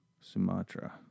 Sumatra